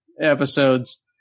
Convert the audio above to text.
Episodes